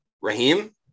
Raheem